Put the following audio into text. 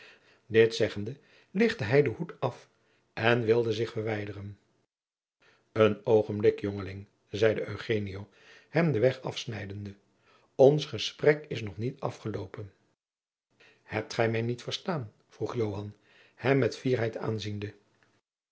dit zeggende lichtte hij den hoed af en wilde zich verwijderen een oogenblik jongeling zeide eugenio hem den weg afsnijdende ons gesprek is nog niet afgeloopen hebt gij mij niet verstaan vroeg joan hem met fierheid aanziende